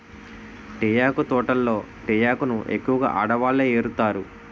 తేయాకు తోటల్లో తేయాకును ఎక్కువగా ఆడవాళ్ళే ఏరుతారు